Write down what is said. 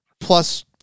plus